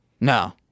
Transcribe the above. No